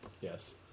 Yes